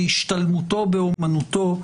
להשתלמותו באומנותו,